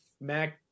Mac